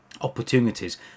opportunities